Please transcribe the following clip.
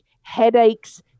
headaches